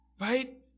Right